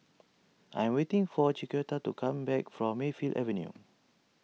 I'm waiting for Chiquita to come back from Mayfield Avenue